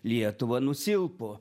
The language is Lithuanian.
lietuvą nusilpo